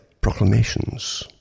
proclamations